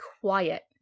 quiet